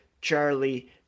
Charlie